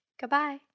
Goodbye